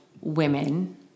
women